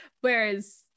Whereas